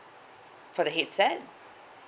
for the headset